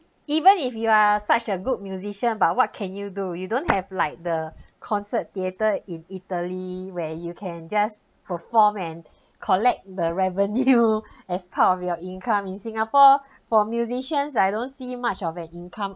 even if you are such a good musician but what can you do you don't have like the concert theatre in italy where you can just perform and collect the revenue as part of your income in singapore for musicians I don't see much of an income